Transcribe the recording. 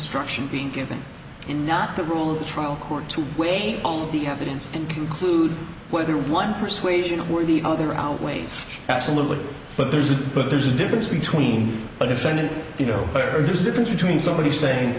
instruction being given and not the rule of the trial court to wait on the evidence and conclude whether one persuasion or the other outweighs absolutely but there's a but there's a difference between a defendant you know there's a difference between somebody saying